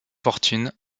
fortune